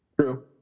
True